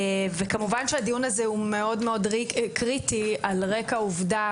כמובן שהדיון הזה הוא מאוד קריטי, על רקע העובדה